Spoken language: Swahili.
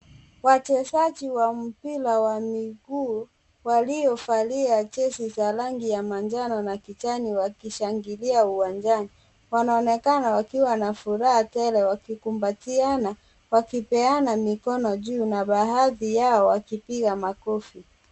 Wachezaji wa mpira wa miguu, waliovalia jezi za rangi ya manjano na kijani wa kishangilia uwanjani. Wanaonekana wakiwa na furaha tele wakikumbatiana, wakipeana mikono juu na bahati yao wakipiga makofi.